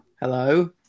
Hello